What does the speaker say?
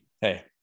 hey